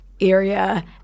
area